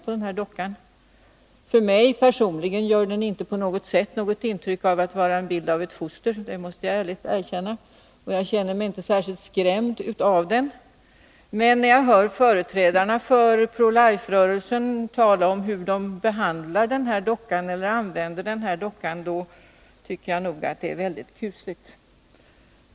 Jag måste erkänna att den på mig personligen inte gör något intryck av att vara ett foster. Inte heller känner jag mig särskilt skrämd av den. Däremot tycker jag det är kusligt att höra företrädare för Pro Life-rörelsen tala om hur de använder sig av dockan.